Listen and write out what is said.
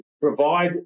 provide